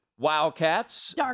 Wildcats